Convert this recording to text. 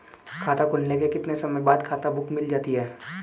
खाता खुलने के कितने समय बाद खाता बुक मिल जाती है?